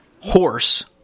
horse